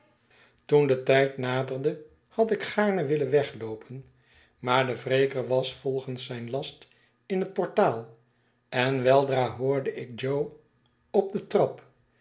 toen de tijd naderde had ik gaarne willen wegloopen maar de wreker was volgens zijn last in het portaal en weldra hoorde ik jo op de trap